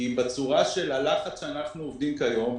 כי בצורה של הלחץ שבה אנחנו עובדים כיום,